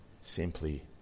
simply